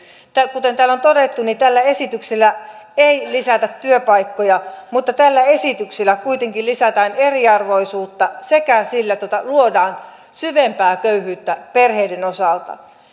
kuten täällä on todettu niin tällä esityksellä ei lisätä työpaikkoja mutta tällä esityksellä kuitenkin lisätään eriarvoisuutta sekä luodaan syvempää köyhyyttä perheiden osalta